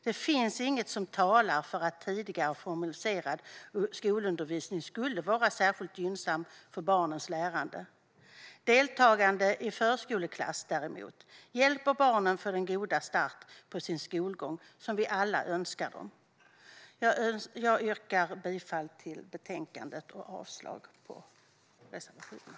Det finns inget som talar för att tidigare formaliserad skolundervisning skulle vara särskilt gynnsamt för barnens lärande. Deltagande i förskoleklass, däremot, hjälper barnen att få den goda start på sin skolgång som vi alla önskar dem. Jag yrkar bifall till utskottets förslag och avslag på reservationerna.